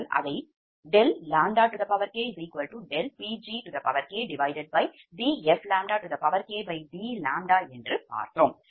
நீங்கள் அதை ∆k∆Pgkdfkd என்று பார்த்தோம்